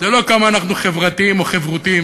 זה לא כמה אנחנו חברתיים או חברותיים,